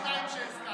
42 שהזכרת.